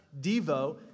devo